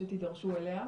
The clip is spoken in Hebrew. שתידרשו אליה,